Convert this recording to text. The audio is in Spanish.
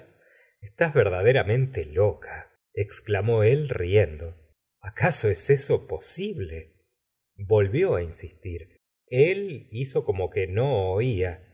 estás verdaderamente loca exclamó él riendo acaso es eso posible volvió á insistir él hizo como que no oia